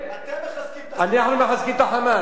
אתם מחזקים את ה"חמאס".